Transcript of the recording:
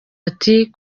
ati